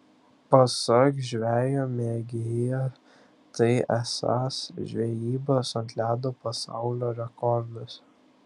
pasak žvejo mėgėjo tai esąs žvejybos ant ledo pasaulio rekordas